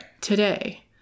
today